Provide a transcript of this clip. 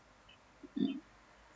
mm